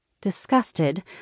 Disgusted